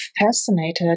fascinated